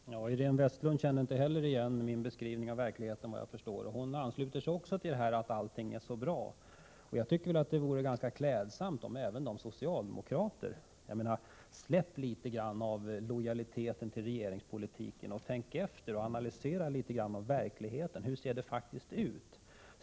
Herr talman! Iréne Vestlund kände inte heller igen min beskrivning av verkligheten, efter vad jag förstår, och ansluter sig också till talet om att allting är så bra. Jag tycker det vore ganska klädsamt om även socialdemokraterna släppte litet på lojaliteten till regeringspolitiken. Tänk efter och analysera verkligheten! Hur ser det faktiskt ut?